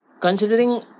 Considering